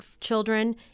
children